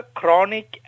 chronic